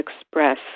Express